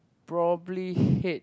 probably hate